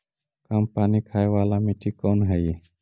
कम पानी खाय वाला मिट्टी कौन हइ?